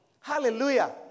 Hallelujah